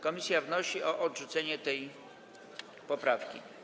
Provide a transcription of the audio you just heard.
Komisja wnosi o odrzucenie tej poprawki.